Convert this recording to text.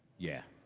yeah.